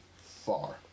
far